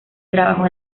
trabajó